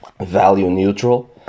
value-neutral